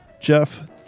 Jeff